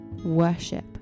Worship